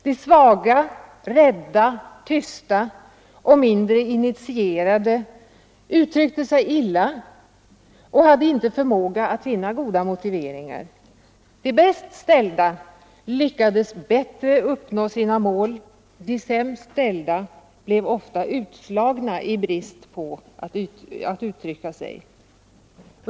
De svaga, rädda, tysta och mindre initierade uttryckte sig illa och hade inte möjlighet att finna goda motiveringar. De bäst ställda lyckades bättre uppnå sitt mål, de sämst ställda blev ofta utslagna i brist på talang att uttrycka sig.